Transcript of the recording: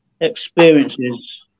experiences